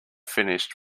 finished